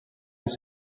les